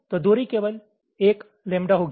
तो दूरी केवल 1 लैम्ब्डा होगी